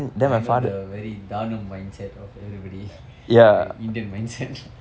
I know the very தானம்:thaanam mindset of everybody the indian mindset